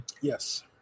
Yes